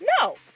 no